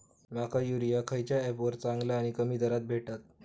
माका युरिया खयच्या ऍपवर चांगला आणि कमी दरात भेटात?